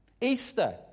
Easter